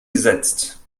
gesetzt